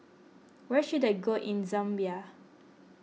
where should I go in Zambia